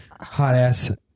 hot-ass